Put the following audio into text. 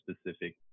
specific